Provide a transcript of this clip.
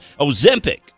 Ozempic